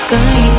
Sky